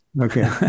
Okay